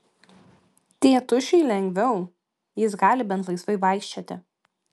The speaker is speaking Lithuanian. tėtušiui lengviau jis gali bent laisvai vaikščioti